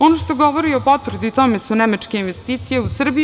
Ono što govori o potvrdu tome su nemačke investicije u Srbiju.